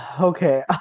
okay